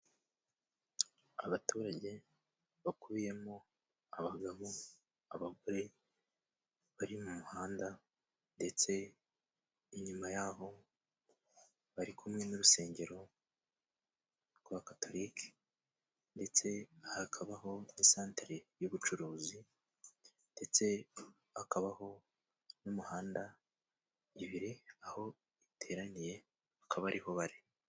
Abaturage bakubiyemo abagabo, abagore bari mu muhanda. Ndetse inyuma y'aho bari kumwe n'urusengero rwa Katolike ndetse hakabaho na santire y'ubucuruzi, ndetse hakabaho n'umihanda ibiri aho iteraniye akaba ariho bari.